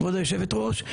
כבוד היושבת ראש,